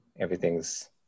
everything's